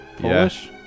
Polish